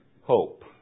hope